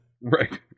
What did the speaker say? Right